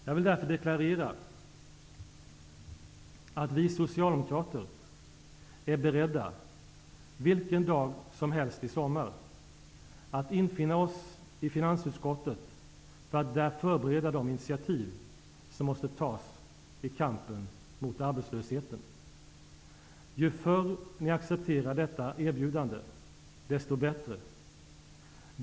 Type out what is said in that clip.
Jag vill därför deklarera att vi socialdemokrater -- vilken dag som helst i sommar -- är beredda att infinna oss i finansutskottet för att där förbereda de initiativ som måste tas i kampen mot arbetslösheten. Ju förr ni accepterar detta erbjudande, desto bättre.